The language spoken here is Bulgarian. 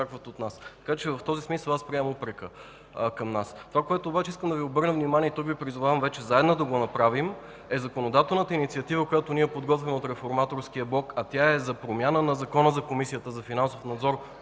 в този смисъл аз приемам упрека към нас. Обаче искам да Ви обърна внимание, тук вече Ви призовавам заедно да го направим – законодателната инициатива, която ние подготвяме от Реформаторския блок, а тя е за промяна на Закона за Комисията за финансов надзор